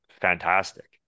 fantastic